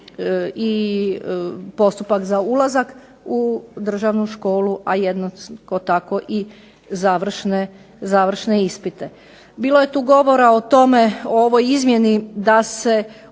i postupak za ulazak u državnu školu, a jednako tako i završne ispite. Bilo je tu govora o tome o ovoj izmjeni da se